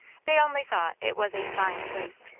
they only thought it was a fine place.